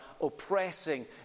oppressing